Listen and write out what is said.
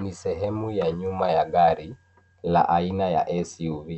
Ni sehemu ya nyuma ya gari la aina ya SUV